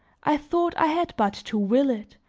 i thought i had but to will it,